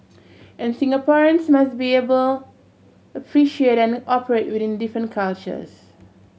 and Singaporeans must be able appreciate and operate within different cultures